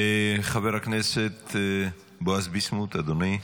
חבר הכנסת בועז ביסמוט, אדוני,